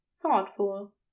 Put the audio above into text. thoughtful